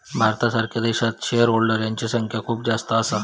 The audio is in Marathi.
भारतासारख्या देशात शेअर होल्डर यांची संख्या खूप जास्त असा